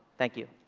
thank you.